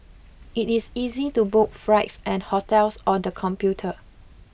it is easy to book flights and hotels on the computer